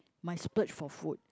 my splurge for food